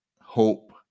hope